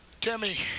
Timmy